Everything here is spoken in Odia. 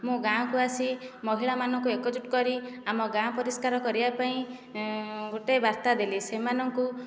ମୁ ଗାଁକୁ ଆସି ମହିଳାମାନଙ୍କୁ ଏକଜୁଟ କରି ଆମ ଗାଁ ପରିଷ୍କାର କରିବା ପାଇଁ ଗୋଟିଏ ବାର୍ତ୍ତା ଦେଲି ସେମାନଙ୍କୁ